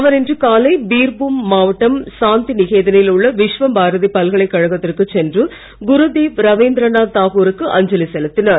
அவர் இன்று காலை பீர்பும் மாவட்டம் சாந்தி நிகேதனில் உள்ள விஷ்வ பாரதி பல்கலைக்கழகத்திற்கு சென்று குருதேவ் ரவீந்திரநாத் தாகூருக்கு அஞ்சலி செலுத்தினார்